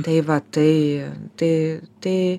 tai va tai tai tai